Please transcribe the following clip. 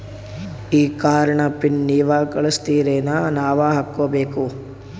ಈ ಕಾರ್ಡ್ ನ ಪಿನ್ ನೀವ ಕಳಸ್ತಿರೇನ ನಾವಾ ಹಾಕ್ಕೊ ಬೇಕು?